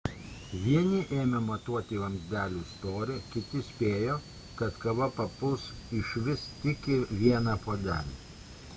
vieni ėmė matuoti vamzdelių storį kiti spėjo kad kava papuls išvis tik į vieną puodelį